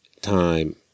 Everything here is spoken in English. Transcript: time